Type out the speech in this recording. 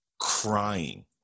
crying